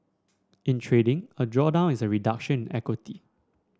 in trading a drawdown is a reduction in equity